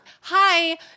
Hi